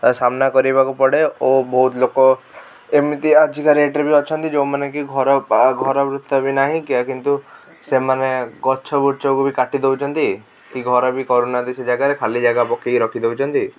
ସାମ୍ନା କରେଇବାକୁ ପଡ଼େ ଓ ବହୁତ ଲୋକ ଏମିତି ଆଜିକା ରେଟ୍ରେ ବି ଅଛନ୍ତି ଯେଉଁମାନେ କି ଘର ଘର ବୃତ ବି ନାହଁ କିନ୍ତୁ ସେମାନେ ଗଛ ବୁଛକୁ ବି କାଟି ଦଉଛନ୍ତି କି ଘର ବି କରୁନାହାନ୍ତି ସେ ଜାଗାରେ ଖାଲି ଜାଗା ପକାଇ ରଖିଦଉଛନ୍ତି